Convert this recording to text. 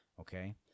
okay